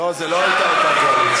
לא, זו לא הייתה אותה קואליציה.